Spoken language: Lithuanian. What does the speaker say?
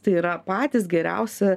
tai yra patys geriausi